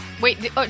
Wait